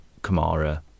Kamara